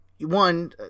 one